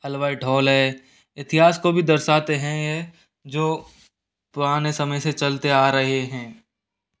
Albert Hall है इतिहास को भी दर्शाते हैं ये जो पुराने समय से चलते आ रहे हैं